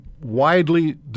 widely